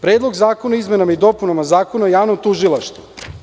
Predlog zakona o izmenama i dopunama zakona o javnom tužilaštvu.